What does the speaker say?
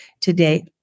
today